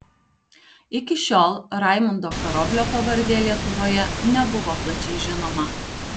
iki šiol raimundo karoblio pavardė lietuvoje nebuvo plačiai žinoma